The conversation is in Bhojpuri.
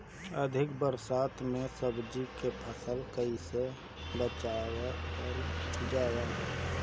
अधिक बरसात में सब्जी के फसल कैसे बचावल जाय?